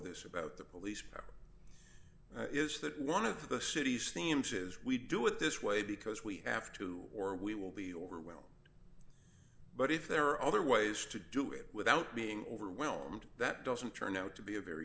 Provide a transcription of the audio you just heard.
this about the police power is that one of the city's themes is we do it this way because we have to or we will be overwhelmed but if there are other ways to do it without being overwhelmed that doesn't turn out to be a very